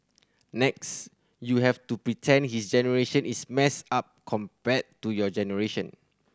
next you have to pretend this generation is messed up compared to your generation